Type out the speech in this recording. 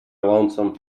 lonesome